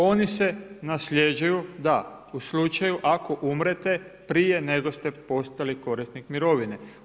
Oni se nasljeđuju da, u slučaju ako umrete prije nego ste postali korisnik mirovine.